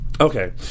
Okay